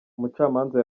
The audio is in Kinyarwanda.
umucamanza